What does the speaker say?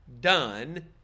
done